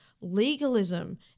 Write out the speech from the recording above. legalism